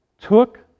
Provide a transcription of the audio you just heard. took